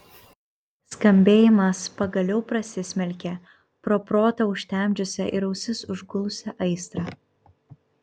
skambėjimas pagaliau prasismelkė pro protą užtemdžiusią ir ausis užgulusią aistrą